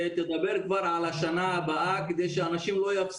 אני אשמח מאוד שדסי תגיד עכשיו בקול, שזה יהיה